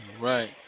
Right